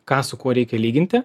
ką su kuo reikia lyginti